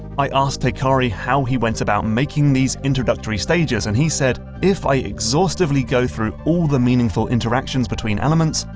i asked teikari how he went about making these introductory stages, and he said if i exhaustively go through all the meaningful interactions between elements,